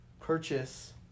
purchase